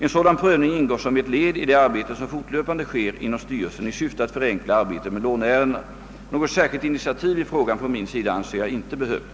En sådan prövning ingår som ett led i det arbete som fortlöpande sker inom styrelsen i syfte att förenkla arbetet med låneärendena. Något särskilt initiativ i frågan från min sida anser jag inte behövligt.